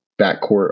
backcourt